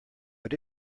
but